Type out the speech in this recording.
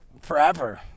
forever